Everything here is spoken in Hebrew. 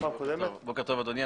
בוקר טוב אדוני.